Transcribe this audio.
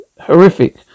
horrific